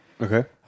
Okay